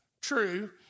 true